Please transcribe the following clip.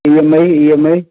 EMI EMI